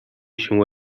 się